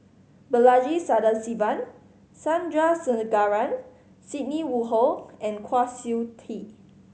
Balaji Sadasivan Sandrasegaran Sidney Woodhull and Kwa Siew Tee